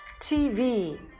TV